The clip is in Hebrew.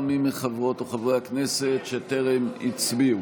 מי מחברות או חברי הכנסת שטרם הצביעו?